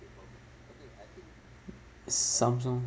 Samsung